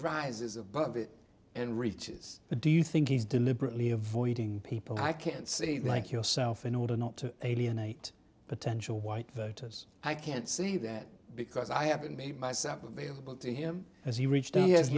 rises above it and reaches the do you think he's deliberately avoiding people i can't say like yourself in order not to alienate potential white voters i can't see that because i haven't made myself available to him as he reached